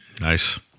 Nice